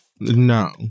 No